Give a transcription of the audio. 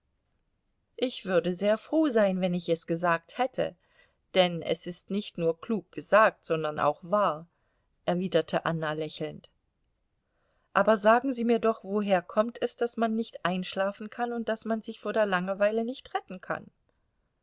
ich würde sehr froh sein wenn ich es gesagt hätte denn es ist nicht nur klug gesagt sondern auch wahr erwiderte anna lächelnd aber sagen sie mir doch woher kommt es daß man nicht einschlafen kann und daß man sich vor der langenweile nicht retten kann